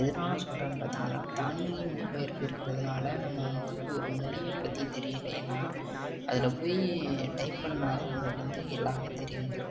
எதனால் சொல்லுறேன்னு பார்த்திங்கனா தானியங்கி மொழி பெயர்ப்பு இருக்கிறதுனால நம்ம வந்து ஒரு மொழிய பற்றி தெரியலயேனா அதில் போய் டைப் பண்ணாலே நம்மளுக்கு வந்து எல்லாமே தெரிஞ்சுரும்